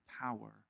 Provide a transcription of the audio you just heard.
power